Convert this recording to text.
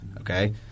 okay